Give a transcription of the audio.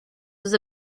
was